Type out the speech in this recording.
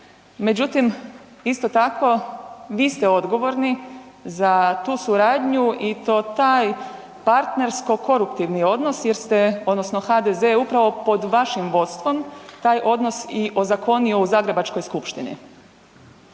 međutim isto tako vi ste odgovorni za tu suradnju i to taj partnersko koruptivni odnos jer ste odnosno HDZ je upravo pod vašim vodstvom taj odnos i ozakonio u zagrebačkoj skupštini.